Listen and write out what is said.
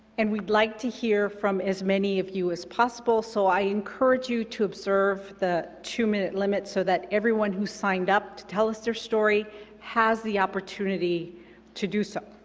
and we'd like to hear from as many of you as possible. so i encourage you to observe the two minute limit, so that everyone who signed up to tell us their story has the opportunity to do so.